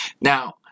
Now